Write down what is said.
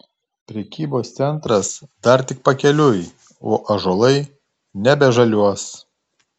prekybos centras dar tik pakeliui o ąžuolai nebežaliuos